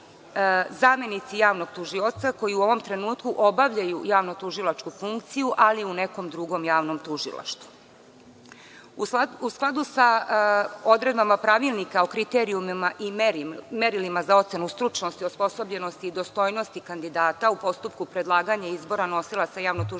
zamenici javnog tužioca, koji u ovom trenutku obavljaju javnotužilačku funkciju, ali u nekom drugom javnom tužilaštvu.U skladu sa odredbama Pravilnika o kriterijumima i merilima za ocenu stručnosti, osposobljenosti i dostojnosti kandidata u postupku predlaganja izbora nosilaca javnotužilačke